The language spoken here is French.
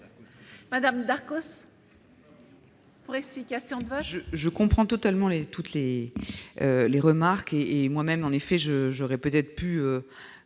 Laure Darcos, pour explication de vote.